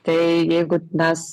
tai jeigu mes